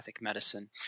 medicine